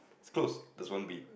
it's close there's one B